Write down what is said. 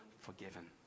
forgiven